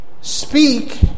speak